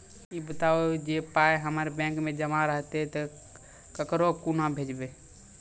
ई बताऊ जे पाय हमर बैंक मे जमा रहतै तऽ ककरो कूना भेजबै?